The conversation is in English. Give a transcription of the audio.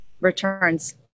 returns